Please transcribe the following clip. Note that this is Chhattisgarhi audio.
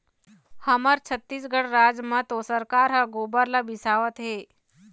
हमर छत्तीसगढ़ राज म तो सरकार ह गोबर ल बिसावत हे